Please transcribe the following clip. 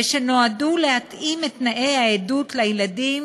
ושנועדו להתאים את תנאי העדות לילדים